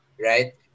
right